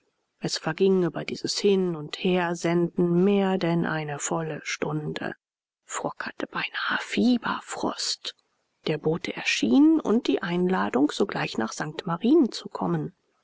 es verging über dies hin und hersenden mehr denn eine volle stunde frock hatte beinahe fieberfrost der bote erschien und die einladung sogleich nach st marien zu kommen